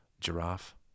giraffe